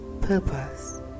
Purpose